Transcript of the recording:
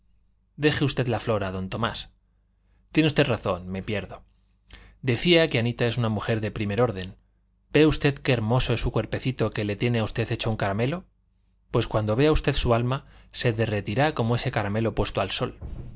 deje usted la flora don tomás tiene usted razón me pierdo decía que anita es una mujer de primer orden ve usted qué hermoso es su cuerpecito que le tiene a usted hecho un caramelo pues cuando vea usted su alma se derretirá como ese caramelo puesto al sol